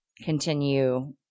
continue